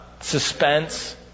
suspense